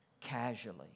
casually